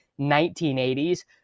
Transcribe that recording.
1980s